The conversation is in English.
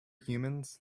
humans